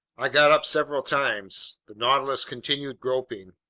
i got up several times. the nautilus continued groping.